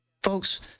Folks